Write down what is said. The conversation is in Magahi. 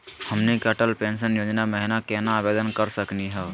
हमनी के अटल पेंसन योजना महिना केना आवेदन करे सकनी हो?